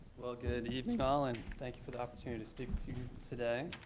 good evening, all, and thank you for the opportunity to speak to you today.